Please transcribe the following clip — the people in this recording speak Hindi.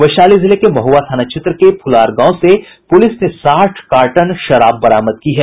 वैशाली जिले के महुआ थाना क्षेत्र के फुलार गांव से पुलिस ने साठ कार्टन विदेशी शराब बरामद की है